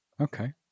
okay